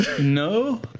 No